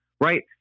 Right